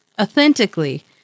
authentically